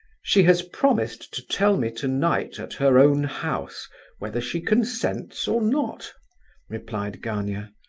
she has promised to tell me tonight at her own house whether she consents or not replied gania.